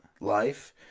life –